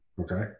Okay